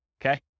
okay